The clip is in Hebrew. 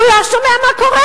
הוא לא שומע מה קורה.